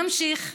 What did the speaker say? נמשיך.